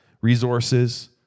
resources